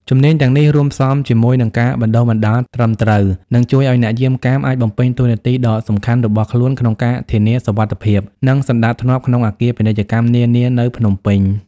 ជំនាញទាំងនេះ រួមផ្សំជាមួយនឹងការបណ្ដុះបណ្ដាលត្រឹមត្រូវ នឹងជួយឲ្យអ្នកយាមកាមអាចបំពេញតួនាទីដ៏សំខាន់របស់ខ្លួនក្នុងការធានាសុវត្ថិភាព និងសណ្ដាប់ធ្នាប់ក្នុងអគារពាណិជ្ជកម្មនានានៅភ្នំពេញ។